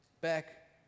back